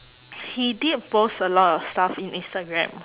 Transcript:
he did post a lot of stuff in instagram